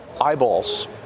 eyeballs